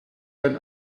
dann